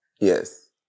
Yes